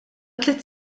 tliet